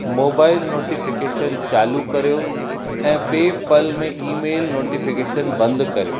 mobile notification चालू कर्यो ऐं पे पल में ईमेल नोटिफिकेशन बंदि कर्यो